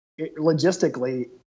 logistically